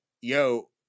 yo